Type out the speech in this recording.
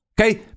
okay